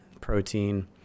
protein